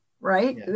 right